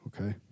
Okay